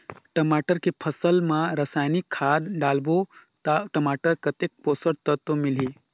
टमाटर के फसल मा रसायनिक खाद डालबो ता टमाटर कतेक पोषक तत्व मिलही?